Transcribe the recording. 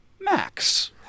Max